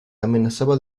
amenazaba